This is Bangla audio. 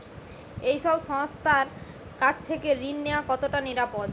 এই সব সংস্থার কাছ থেকে ঋণ নেওয়া কতটা নিরাপদ?